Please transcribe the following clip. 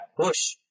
push